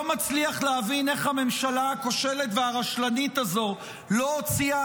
לא מצליח להבין איך הממשלה הכושלת והרשלנית הזו לא הוציאה